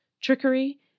trickery